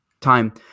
time